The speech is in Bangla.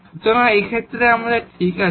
সুতরাং সেই ক্ষেত্রে এটি ঠিক আছে